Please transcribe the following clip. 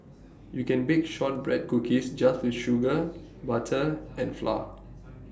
you can bake Shortbread Cookies just with sugar butter and flour